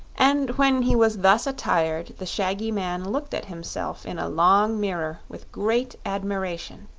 and when he was thus attired the shaggy man looked at himself in a long mirror with great admiration.